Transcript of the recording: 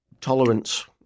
tolerance